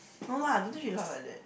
no lah don't think she laugh like that